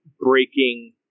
breaking